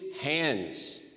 hands